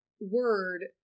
word